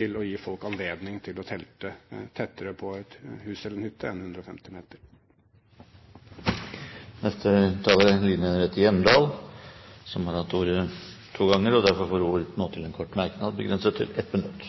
til å gi folk anledning til å telte tettere ved et hus eller en hytte enn 150 meter. Representanten Line Henriette Hjemdal har hatt ordet to ganger tidligere og får ordet til en kort merknad, begrenset til 1 minutt.